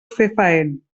fefaent